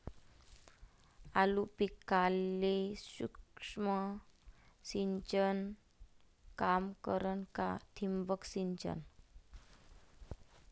आलू पिकाले सूक्ष्म सिंचन काम करन का ठिबक सिंचन?